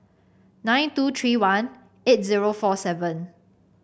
nine two three one eight zero four seven